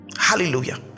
Hallelujah